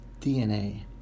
DNA